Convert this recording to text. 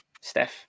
Steph